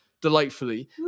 delightfully